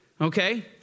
okay